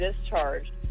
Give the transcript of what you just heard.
discharged